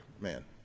man